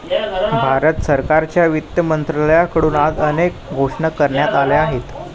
भारत सरकारच्या वित्त मंत्रालयाकडून आज अनेक घोषणा करण्यात आल्या आहेत